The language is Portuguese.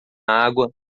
água